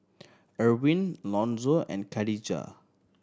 Erwin Lonzo and Kadijah